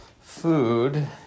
food